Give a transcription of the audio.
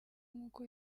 nk’uko